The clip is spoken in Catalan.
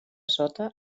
sota